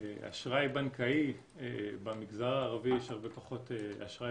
אשראי בנקאי במגזר הערבי יש הרבה פחות אשראי